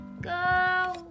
go